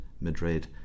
Madrid